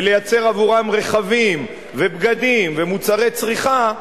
ולייצר עבורם רכבים ובגדים ומוצרי צריכה,